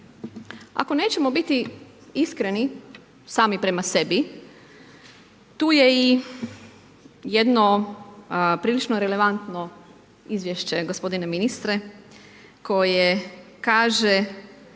Ako nećemo biti iskreni sami prema sebi, tu je i jedno prilično relevantno izvješće gospodine ministre, koji kaže,